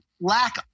lack